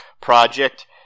Project